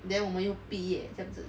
then 我们又毕业这样子